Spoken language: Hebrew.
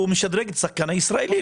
הוא משדרג את השחקן הישראלי,